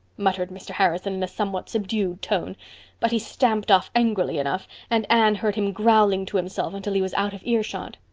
muttered mr. harrison in a somewhat subdued tone but he stamped off angrily enough and anne heard him growling to himself until he was out of earshot.